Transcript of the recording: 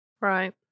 Right